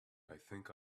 think